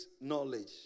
knowledge